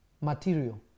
material